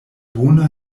bona